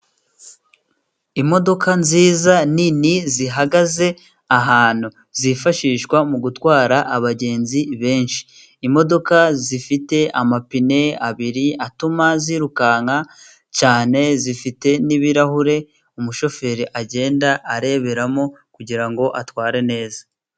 Imodoka nziza nini zihagaze ahantu， zifashishwa mu gutwara abagenzi benshi. Imodoka zifite amapine abiri， atuma zirukanka cyane，zifite n'ibirahure umushoferi agenda areberamo， kugira ngo atware neza.